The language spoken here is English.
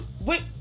Wait